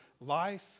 life